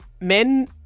men